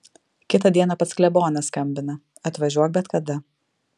kitą dieną pats klebonas skambina atvažiuok bet kada